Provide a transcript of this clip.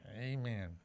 Amen